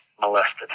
molested